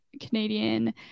Canadian